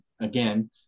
again